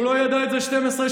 הוא לא ידע את זה 12 שנה,